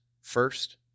first